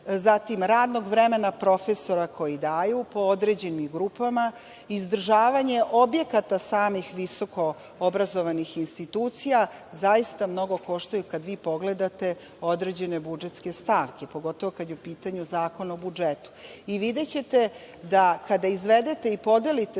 zatim radnog vremena profesora koji daju po određenim grupama, izdržavanje objekata samih visoko obrazovanih institucija, zaista mnogo koštaju kad vi pogledate određene budžetske stavke, pogotovo kad je u pitanju Zakon o budžetu. Videćete da kada izvedete i podelite